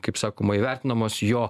kaip sakoma įvertinamos jo